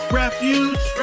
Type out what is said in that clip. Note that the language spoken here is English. refuge